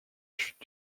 chute